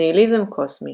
ניהיליזם קוסמי